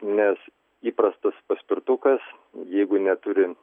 nes įprastas paspirtukas jeigu neturi